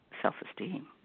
self-esteem